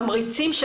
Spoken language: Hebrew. תמריצים,